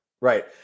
Right